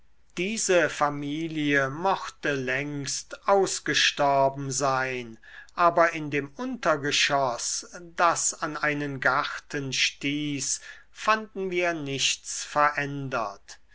diese familie mochte längst ausgestorben sein aber in dem untergeschoß das an einen garten stieß fanden wir nichts verändert